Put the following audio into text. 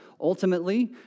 ultimately